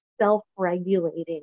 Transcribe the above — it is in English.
self-regulating